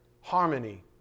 harmony